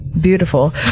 beautiful